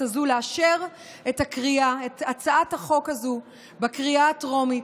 הזו לאשר את הצעת החוק הזו בקריאה הטרומית,